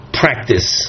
practice